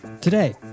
Today